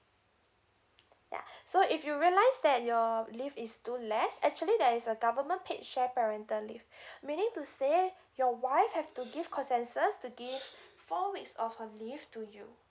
yeah so if you realise that your leave is too less actually there is a government paid shared parental leave meaning to say your wife have to give consensus to give four weeks of her leave to you